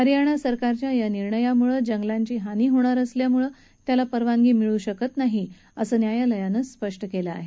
हरयाणा सरकारच्या या निर्णयामुळे जंगलाची हानी होणार असल्यामुळे याला परवानगी मिळू शकत नाही असं न्यायालयान स्पष्ट केलं आहे